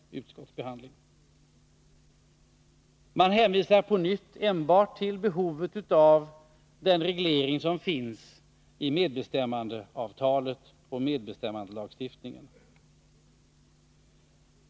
Utskottet hänvisar på nytt enbart till att den reglering som finns i medbestämmandeavtalet och medbestämmandelagstiftningen täcker behovet.